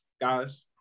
guys